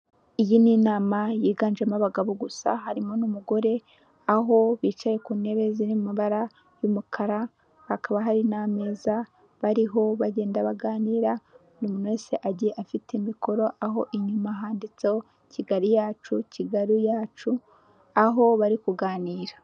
Iyi ni inama yiganjemo abagabo gusa harimo n'umugore, aho bicaye ku ntebe ziri mu mabara y'umukara, hakaba hari n'ameza ariho bagenda baganira, buri umuntu wese agiye afite mikoro, aho inyuma handitseho Kigali yacu, Kigali yacu, aho bari kuganira.